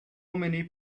many